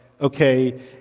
okay